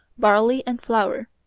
barley, and flour.